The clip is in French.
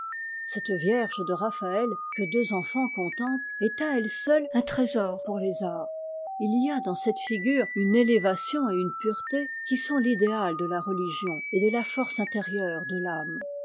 cette vierge de raphaël que deux enfants contemplent est à elle seule un trésor pour les arts il y a dans cette figure une éévatin et une pureté qui sont l'idéal de la religion et de la force intérieure de âme